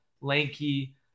lanky